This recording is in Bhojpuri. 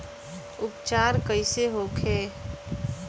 उपचार कईसे होखे?